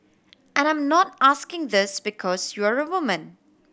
and I'm not asking this because you're a woman